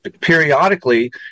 periodically